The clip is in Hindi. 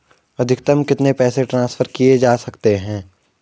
अधिकतम कितने पैसे ट्रांसफर किये जा सकते हैं?